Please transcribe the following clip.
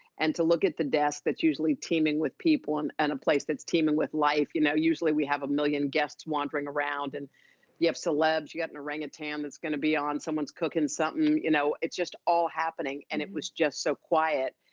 and to look at the desk that's usually teeming with people, and a place that's teeming with life. you know, usually we have a million guests wandering around, and you have celebs, you got an orangutan that's gonna be on, someone's cooking something, you know? it's just all happening. and it was just so quiet.